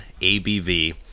abv